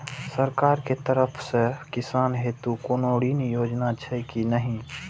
सरकार के तरफ से किसान हेतू कोना ऋण योजना छै कि नहिं?